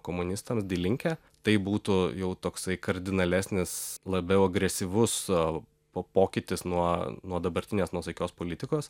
komunistams dilinke tai būtų jau toksai kardinalesnis labiau agresyvus po pokytis nuo nuo dabartinės nuosaikios politikos